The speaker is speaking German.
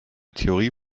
theorie